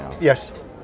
Yes